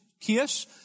kiss